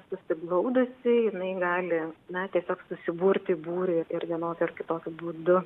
susiglaudusi jinai gali na tiesiog susiburti į būrį ir vienokiu ar kitokiu būdu